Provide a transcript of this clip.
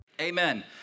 Amen